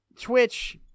Twitch